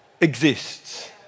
exists